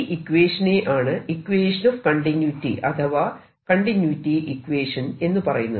ഈ ഇക്വേഷനെയാണ് equation of continuity അഥവാ കണ്ടിന്യൂയിറ്റി ഇക്വേഷൻ എന്ന് പറയുന്നത്